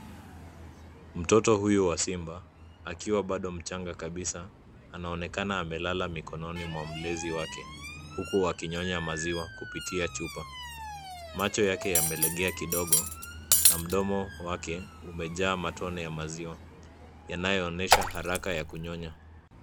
Mtoto huyu wa simba akiwa bado mchanga kabisa anaonekana amelala mikononi mwa mlezi wake huku akinyonya maziwa kupitia chupa. Macho yake yamelegea kidogo na mdomo wake umejaa matone ya maziwa yanayoonyesha haraka ya kunyonya.